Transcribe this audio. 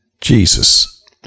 Jesus